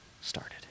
started